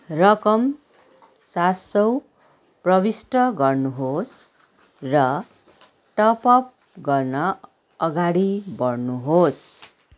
रकम सात सय प्रविष्ट गर्नुहोस् र टपअप गर्न अगाडि बढ्नुहोस्